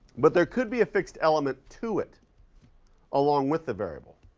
but there could be a fixed element to it along with the variable,